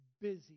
busy